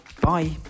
bye